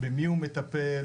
במי הוא מטפל,